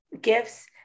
gifts